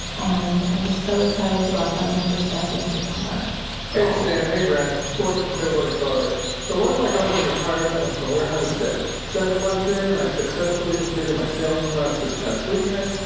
and i'm just so excited to welcome my first nephew in september hey, sam. hey, brent. ford, from clearwater, fla. and so one of my goals in retirement was to learn how to sail. seven months in, and i successfully completed my sailing class this past weekend,